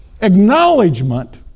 acknowledgement